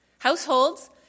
Households